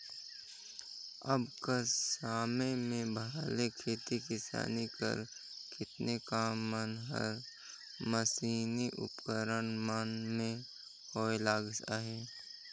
अब कर समे में भले खेती किसानी कर केतनो काम मन हर मसीनी उपकरन मन ले होए लगिस अहे